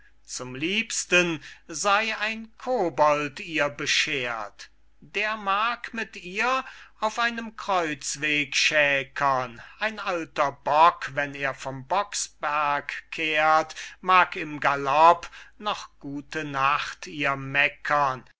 zum liebsten sey ein kobold ihr bescheert der mag mit ihr auf einem kreuzweg schäkern ein alter bock wenn er vom blocksberg kehrt mag im galopp noch gute nacht ihr meckern